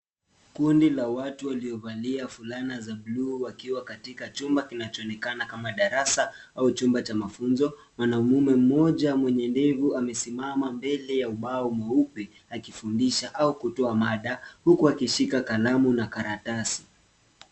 Kundi la watu waliovalia fulana za bluu wakiwa katika chumba kinacho onekana kama darasa au chumba cha mafunzo. Mwanamume mmoja mwenye ndevu amesimama mbele ya ubao mweupe akifundisha au kutoa mada huku akishika kalamu na karatasi.